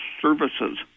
services